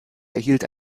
erhielt